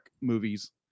movies